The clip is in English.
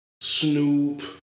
Snoop